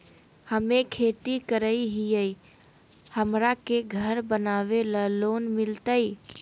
हमे खेती करई हियई, हमरा के घर बनावे ल लोन मिलतई?